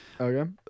Okay